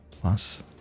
plus